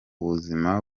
buzima